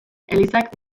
elizak